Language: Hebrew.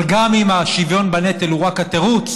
אבל גם אם השוויון בנטל הוא רק התירוץ,